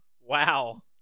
Wow